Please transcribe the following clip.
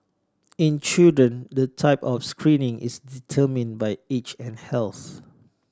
in children the type of screening is determined by age and health